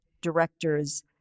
directors